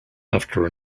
after